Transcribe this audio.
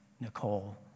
Nicole